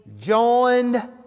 joined